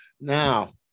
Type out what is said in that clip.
Now